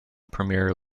premier